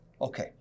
Okay